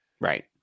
Right